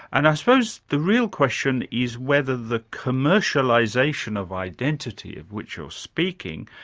and i suppose the real question is whether the commercialisation of identity, of which you're speaking,